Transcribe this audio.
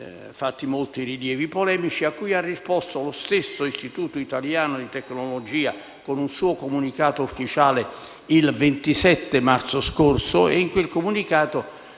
fatti molti rilievi polemici cui ha risposto lo stesso Istituto italiano di tecnologia con un suo comunicato ufficiale il 27 marzo scorso.